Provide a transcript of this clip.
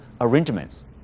arrangements